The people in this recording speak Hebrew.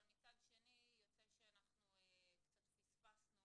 אבל מצד שני יוצא שאנחנו קצת פספסנו